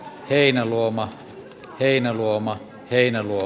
heinäluoma heinäluoma ei halua